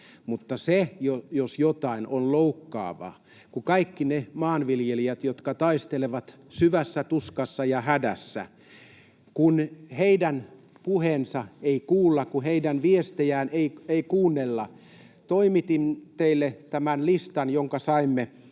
Mutta se, jos jokin, on loukkaavaa, kun kaikkien niiden maanviljelijöiden, jotka taistelevat syvässä tuskassa ja hädässä, puhetta ei kuulla, heidän viestejään ei kuunnella. Toimitin teille tämän listan, jonka saimme viime